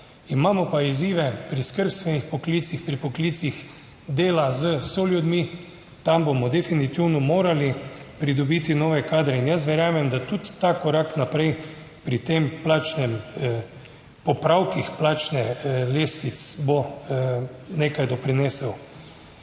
Imamo pa izzive pri skrbstvenih poklicih, pri poklicih, dela s soljudmi. Tam bomo definitivno morali pridobiti nove kadre in jaz verjamem, da tudi ta korak naprej pri tem plačnem popravkih plačne lestvice bo nekaj doprinesel.